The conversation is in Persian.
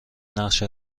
نقش